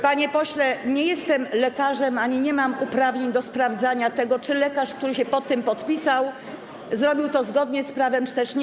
Panie pośle, nie jestem lekarzem ani nie mam uprawnień do sprawdzania tego, czy lekarz, który się pod tym podpisał, zrobił to zgodnie z prawem, czy też nie.